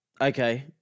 Okay